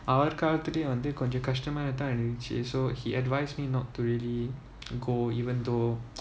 அவர் காலத்துலயே வந்து கொஞ்சம் கஷ்டமா தான் இருந்துச்சு:avar kaalathulaye vanthu konjam kastamaa thaan irunthuchu so he advised me not to really go even though